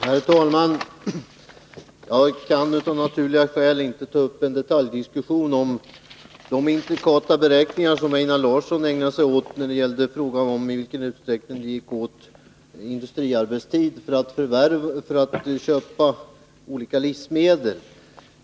Herr talman! Jag kan av naturliga skäl inte ta upp en detaljdiskussion om de intrikata beräkningar som Einar Larsson ägnade sig åt när det gällde frågan om i vilken utsträckning det gick åt industriarbetstid för att köpa olika livsmedel.